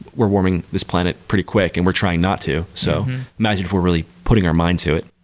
we're warming this planet pretty quick and we're trying not to. so imagine if we're really putting our mind to it.